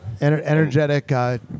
Energetic